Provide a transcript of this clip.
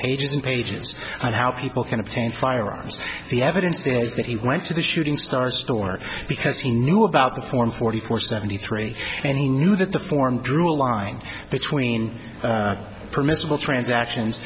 pages and pages on how people can obtain firearms the evidence is that he went to the shooting star store because he knew about the form forty four seventy three and he knew that the form drew a line between permissible transactions